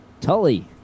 Tully